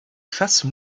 chasse